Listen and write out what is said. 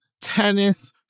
tennis